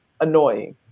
annoying